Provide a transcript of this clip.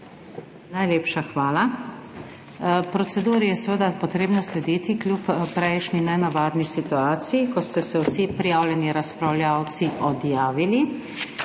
Najlepša hvala. Proceduri je seveda potrebno slediti, kljub prejšnji nenavadni situaciji, ko ste se vsi prijavljeni razpravljavci odjavili.